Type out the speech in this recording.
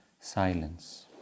silence